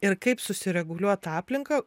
ir kaip susireguliuot aplinką